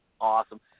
Awesome